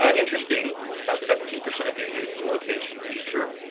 ah interesting about seventeen percent of you use the location feature.